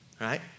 Right